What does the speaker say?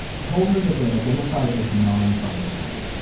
told her that they identify as non binary,